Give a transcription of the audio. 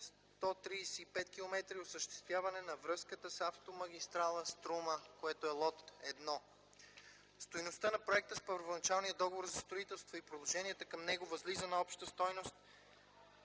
19,135 км и осъществяване на връзката с автомагистрала „Струма”, лот 1. Стойността на проекта с първоначалния договор за строителство и приложенията към него възлиза на обща стойност